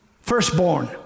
firstborn